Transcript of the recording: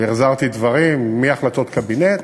והחזרתי דברים, מהחלטות קבינט